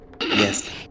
Yes